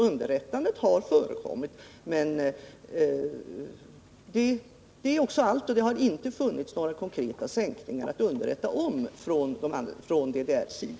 Underrättande har förekommit, men det är också allt. Det har inte förekommit några konkreta sänkningar att underrätta om från DDR:s sida.